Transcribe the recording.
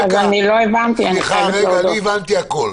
אני הבנתי הכול.